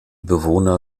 bewohner